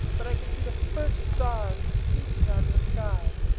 but i can see the first star peeping out of the sky.